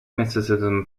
mysticism